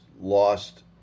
lost